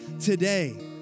today